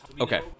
okay